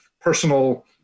personal